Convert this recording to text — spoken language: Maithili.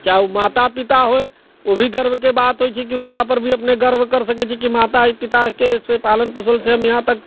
चाहे ओ माता पिता होइ ओ भी गर्वके बात होइ छै कि हुनकापर भी अपने गर्व करि सकै छी कि माता अइ पिताके से पालन पोसनसँ हम इहाँ तक